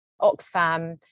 oxfam